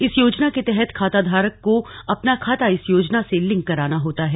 इस योजना के तहत खाता धारक को अपना खाता इस योजना से लिंक कराना होता है